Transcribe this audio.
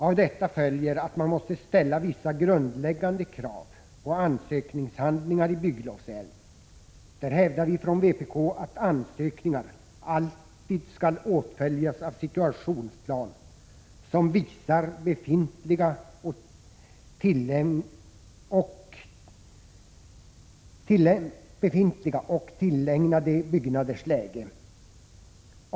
Av detta följer att man måste ställa vissa grundläggande krav på ansökningshandlingar i bygglovsärenden. Därvidlag hävdar vi från vpk att 73 ansökningar alltid skall åtföljas av situationsplan som visar befintliga och tillämnade byggnaders läge.